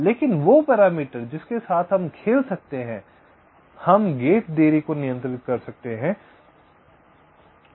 लेकिन वो पैरामीटर जिसके साथ हम खेल सकते हैं हम गेट देरी को नियंत्रित कर सकते हैं